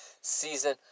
season